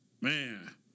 man